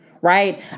Right